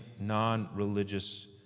non-religious